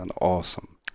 awesome